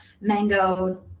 mango